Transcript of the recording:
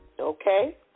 Okay